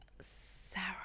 Sarah